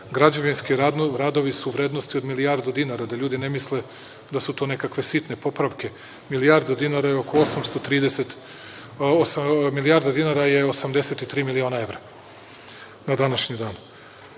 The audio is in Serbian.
Građevinski radovi su u vrednosti od milijardu dinara, da ljudi ne misle da su to nekakve sitne popravke. Milijardu dinara je oko 8,3 miliona evra na današnji